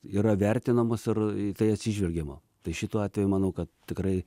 yra vertinamos ir į tai atsižvelgiama tai šituo atveju manau kad tikrai